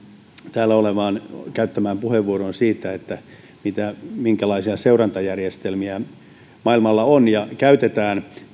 täällä käyttämään puheenvuoroon siitä minkälaisia seurantajärjestelmiä maailmalla on ja mitä käytetään